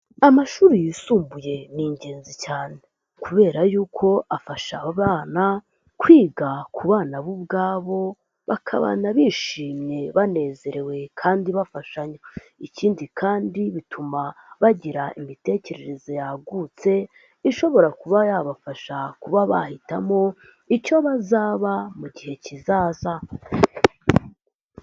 Amashuri yisumbuye ni ingenzi cyane kubera yuko afasha abana kwiga ku bana bo ubwabo, bakabana bishimye banezerewe kandi bafashanya, ikindi kandi bituma bagira imitekerereze yagutse, ishobora kuba yabafasha kuba bahitamo, icyo bazaba mu gihe kizaza.